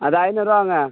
அது ஐந்நூறுபாங்க